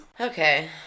Okay